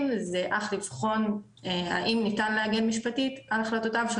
זה אך לבחון האם ניתן להגן משפטית על החלטותיו של